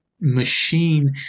machine